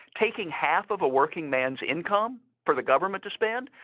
taking half of a working man's income for the government to spend.